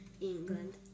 England